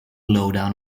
lowdown